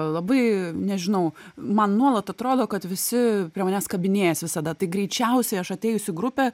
labai nežinau man nuolat atrodo kad visi prie manęs kabinėjas visada tai greičiausiai aš atėjus į grupę